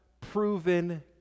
proven